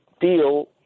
deal